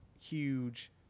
huge